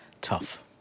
tough